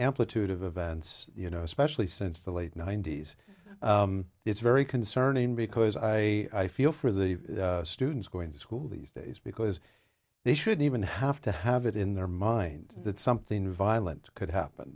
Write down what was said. amplitude of events you know especially since the late ninety's it's very concerning because i feel for the students going to school these days because they should even have to have it in their mind that something violent could happen